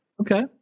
Okay